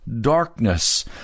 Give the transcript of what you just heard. darkness